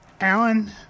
Alan